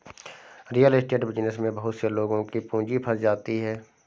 real estate business में बहुत से लोगों की पूंजी फंस जाती है